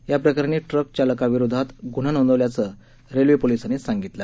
याप्रकरणी ट्रक चालका विरोधात ग्न्हा नोंदवल्याचं रेल्वे पोलिसांनी सांगितलं